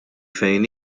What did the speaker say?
fejn